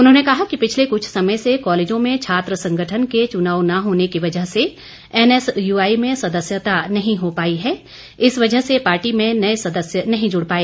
उन्होंने कहा कि पिछले क्छ समय से कॉलेजों में छात्र संगठन के च्नाव न होने की वजह से एनएसयूआई में सदस्यता नहीं हो पाई है इस वजह से पार्टी में नए सदस्य नहीं जुड़ पाए